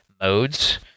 modes